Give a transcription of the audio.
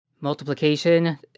multiplication